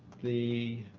the